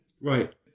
right